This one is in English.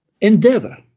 endeavor